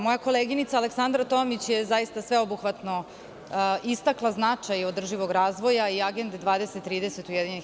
Moja koleginica Aleksandra Tomić je zaista sveobuhvatno istakla značaj održivog razvoja i agende 20, 30 UN.